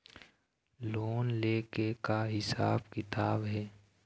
Loan ले के का हिसाब किताब हे?